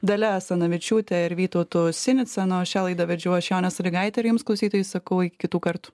dalia asanavičiūte ir vytautu sinica na o šią laidą vedžiau aš jonė sąlygaitė ir jums klausytojai sakau iki kitų kartų